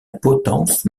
potence